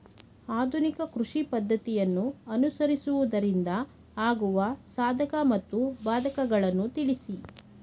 ಆಧುನಿಕ ಕೃಷಿ ಪದ್ದತಿಯನ್ನು ಅನುಸರಿಸುವುದರಿಂದ ಆಗುವ ಸಾಧಕ ಮತ್ತು ಬಾಧಕಗಳನ್ನು ತಿಳಿಸಿ?